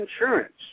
Insurance